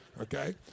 okay